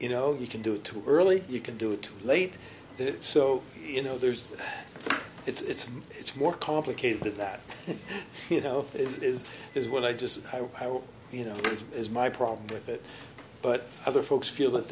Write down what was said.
you know you can do it too early you can do it too late so you know there's it's it's more complicated that you know is is what i just you know this is my problem with it but other folks feel that